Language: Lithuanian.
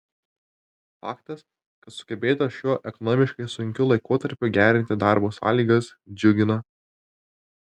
faktas kad sugebėta šiuo ekonomiškai sunkiu laikotarpiu gerinti darbo sąlygas džiugina